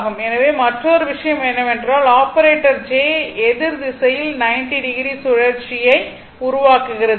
எனவே மற்றொரு விஷயம் என்னவென்றால் ஆபரேட்டர் j எதிர் திசையில் 90 o சுழற்சியை உருவாக்குகிறது